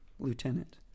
Lieutenant